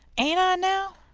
ain't i, now?